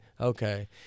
okay